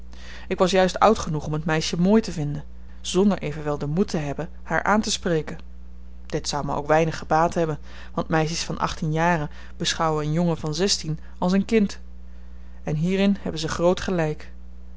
ik was juist oud genoeg om het meisje mooi te vinden zonder evenwel den moed te hebben haar aantespreken dit zou my ook weinig gebaat hebben want meisjes van achttien jaren beschouwen een jongen van zestien als een kind en hierin hebben ze groot gelyk